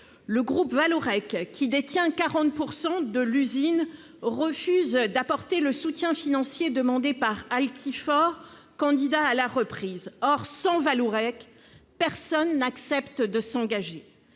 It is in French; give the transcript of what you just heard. Le groupe Vallourec, qui détient 40 % de l'usine, refuse d'apporter le soutien financier demandé par Altifort, candidat à la reprise. Or, sans Vallourec, personne n'accepte de s'engager.